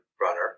runner